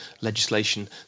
legislation